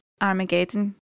armageddon